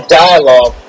dialogue